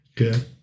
Okay